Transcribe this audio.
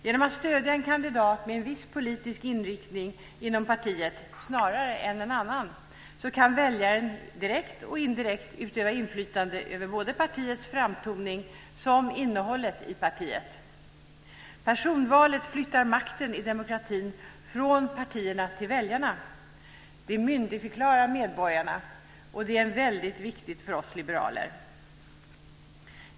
Genom att stödja en kandidat med en viss politisk inriktning inom partiet snarare än en annan kan väljaren direkt och indirekt utöva inflytande över både partiets framtoning och innehållet i partiet. Personvalet flyttar makten i demokratin från partierna till väljarna. Det myndigförklarar medborgarna, och det är väldigt viktigt för oss liberaler.